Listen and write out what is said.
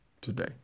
today